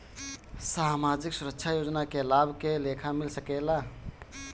सामाजिक सुरक्षा योजना के लाभ के लेखा मिल सके ला?